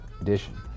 edition